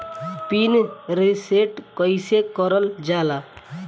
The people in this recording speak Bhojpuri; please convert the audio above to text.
पीन रीसेट कईसे करल जाला?